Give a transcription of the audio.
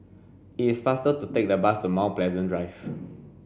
it's faster to take the bus to Mount Pleasant Drive